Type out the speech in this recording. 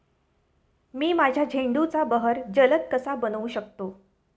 मी माझ्या झेंडूचा बहर जलद कसा बनवू शकतो?